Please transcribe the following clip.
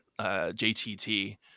JTT